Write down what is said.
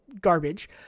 garbage